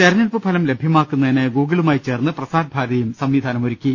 തെരഞ്ഞെടുപ്പ് ഫലം ലഭ്യമാക്കുന്നതിന് ഗൂഗിളുമായി ചേർന്ന് പ്രസാർഭാ രതി സംവിധാനമൊരുക്കി